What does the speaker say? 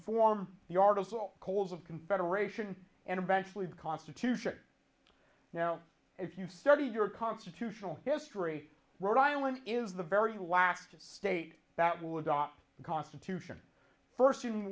form the article coals of confederation and eventually the constitution now if you study your constitutional history rhode island is the very last state that will adopt the constitution first in